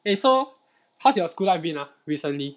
eh so how's your school been ah recently